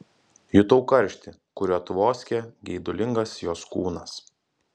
jutau karštį kuriuo tvoskė geidulingas jos kūnas